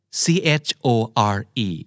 chore